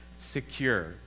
secure